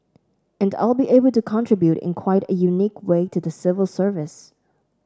and I'll be able to contribute in quite a unique way to the civil service